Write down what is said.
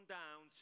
down